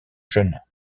jeune